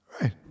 Right